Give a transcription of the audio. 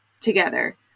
together